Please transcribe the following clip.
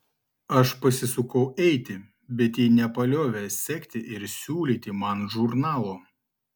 aš pasisukau eiti bet ji nepaliovė sekti ir siūlyti man žurnalo